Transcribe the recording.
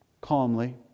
calmly